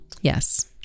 Yes